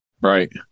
Right